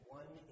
one